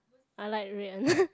I like rui-en